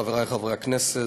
חברי חברי הכנסת,